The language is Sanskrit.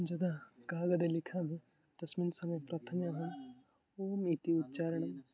यदा कागदे लिखामि तस्मिन् समये प्रथमे अहम् ओम् इति उच्चारणं